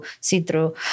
see-through